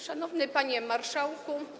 Szanowny Panie Marszałku!